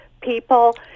people